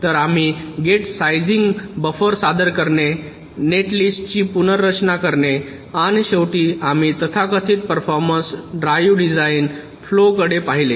तर आम्ही gate sizing buffer सादर करणे नेटलिस्टची पुनर्रचना करणे आणि शेवटी आम्ही तथाकथित परफॉर्मन्स ड्राईव्ह डिझाइन फ्लोकडे पाहिले